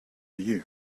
you